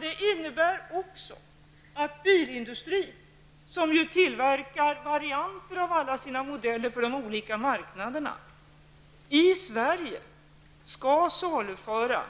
Det innebär också att bilindustrin, som tillverkar varianter av alla sina modeller för de olika marknaderna, i Sverige skall saluföra